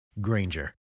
Granger